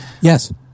Yes